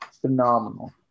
phenomenal